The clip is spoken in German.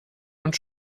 und